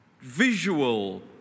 visual